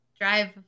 drive